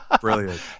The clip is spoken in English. Brilliant